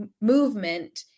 movement